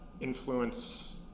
influence